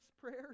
prayers